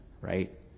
right